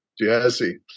jesse